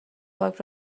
پاک